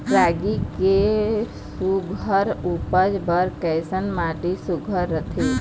रागी के सुघ्घर उपज बर कैसन माटी सुघ्घर रथे?